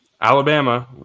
Alabama